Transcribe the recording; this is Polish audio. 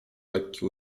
lekki